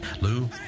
Lou